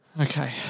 Okay